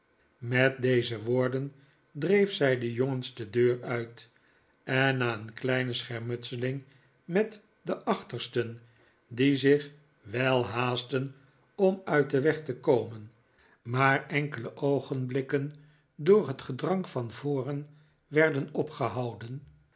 met deze woorden dreef zij de jongens de deur uit en na een kleine schermutseling met de achtersten die zich wel haastten om uit den weg te komen maar enkele oogenblikken door het gedrang van voren werden opgehouden